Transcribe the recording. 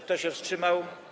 Kto się wstrzymał?